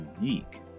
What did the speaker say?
unique